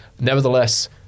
Nevertheless